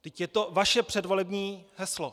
Vždyť je to vaše předvolební heslo.